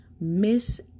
miss